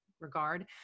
regard